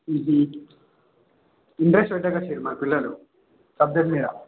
interest పెడతారు sir మా పిల్లలు సబ్జెక్ట్ మీదా